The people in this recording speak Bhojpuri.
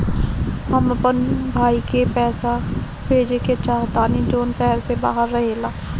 हम अपन भाई को पैसा भेजे के चाहतानी जौन शहर से बाहर रहेला